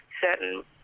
certain